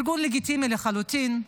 ארגון לגיטימי לחלוטין,